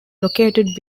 located